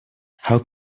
how